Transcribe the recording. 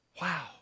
wow